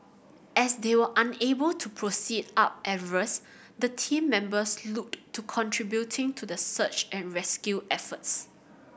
as they were unable to proceed up Everest the team members looked to contributing to the search and rescue efforts